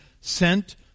sent